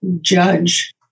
judge